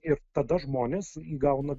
ir tada žmonės įgauna